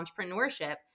entrepreneurship